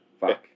fuck